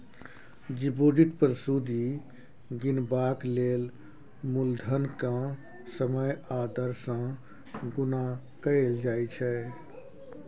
deposit पर सुदि गिनबाक लेल मुलधन केँ समय आ दर सँ गुणा कएल जाइ छै